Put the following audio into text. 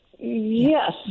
Yes